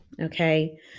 okay